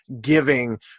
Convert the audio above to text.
giving